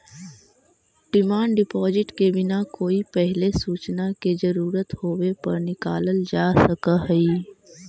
demand deposit के बिना कोई पहिले सूचना के जरूरत होवे पर निकालल जा सकऽ हई